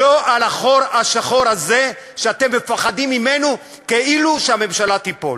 לא על החור השחור הזה שאתם מפחדים ממנו כאילו שהממשלה תיפול.